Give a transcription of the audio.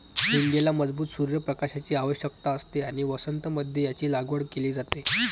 हींगेला मजबूत सूर्य प्रकाशाची आवश्यकता असते आणि वसंत मध्ये याची लागवड केली जाते